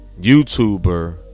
youtuber